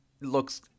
looks